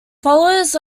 followers